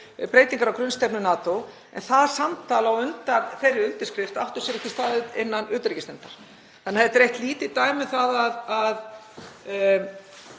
breytingar á grunnstefnu NATO. Það samtal á undan þeirri undirskrift átti sér ekki stað innan utanríkisnefndar. Þetta er eitt lítið dæmi um það